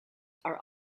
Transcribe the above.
are